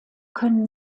können